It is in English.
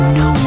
no